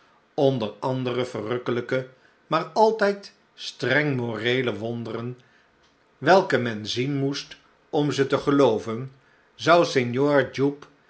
onder andere verrukkelijke maar altijd streng moreele wonderen welke men zien moest om ze te gelooven zou signor jupe